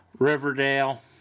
Riverdale